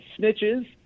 snitches